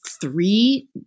three